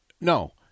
No